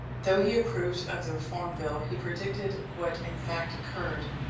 though he approved of the reform bill, he predicted, what in fact occurred,